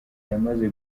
yamaze